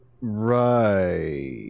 Right